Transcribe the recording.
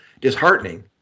disheartening